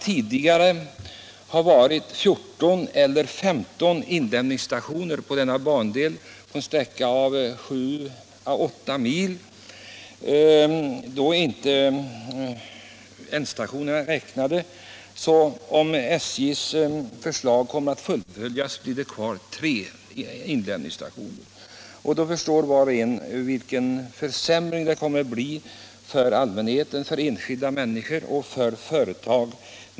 Tidigare har det funnits 14 eller 15 inlämningsstationer, ändstationerna oräknade, på denna bandel, som utgör en sträcka av sju å åtta mil. Om SJ:s förslag fullföljs blir det kvar tre inlämningsstationer, och var och en förstår vilken försämring det innebär för enskilda människor och för företag.